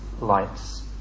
lights